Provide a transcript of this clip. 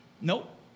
nope